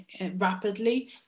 rapidly